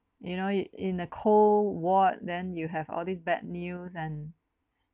you know in the cold ward then you have all these bad news and